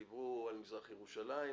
דיברו על מזרח ירושלים.